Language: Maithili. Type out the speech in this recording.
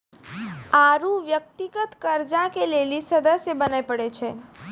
आरु व्यक्तिगत कर्जा के लेली सदस्य बने परै छै